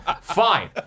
Fine